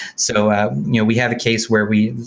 so you know we have a case where we